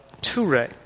Ture